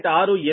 68your 62